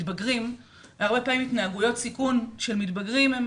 אבל הרבה פעמים התנהגויות סיכון של מתגברים הן